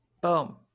Boom